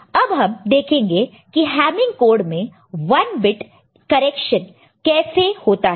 तो अब हम देखेंगे की हैमिंग कोड में 1 बिट करेक्शन कैसे होता है